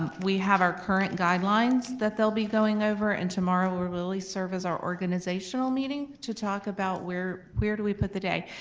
and we have our current guidelines that they'll be going over and tomorrow will really serve as our organizational meeting to talk about where where do we put the day?